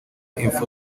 impfu